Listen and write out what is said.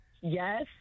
Yes